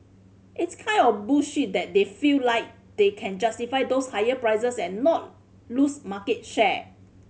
it's kind of bullish that they feel like they can justify those higher prices and not lose market share